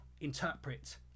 interpret